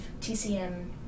TCM